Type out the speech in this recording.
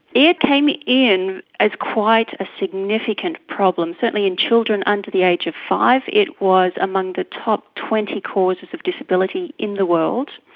it came in as quite a significant problem, certainly in children under the age of five it was among the top twenty causes of disability in the world.